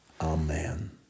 amen